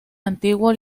antiguo